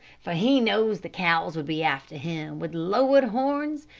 for he knows the cows would be after him with lowered horns,